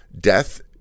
death